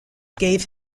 gave